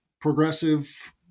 progressive